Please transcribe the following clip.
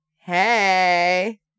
Hey